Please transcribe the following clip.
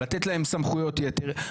לתת להם סמכויות יתר.